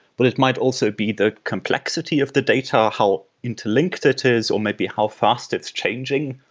but it might also be the complexity of the data, how interlinked it is, or might be how fast it's changing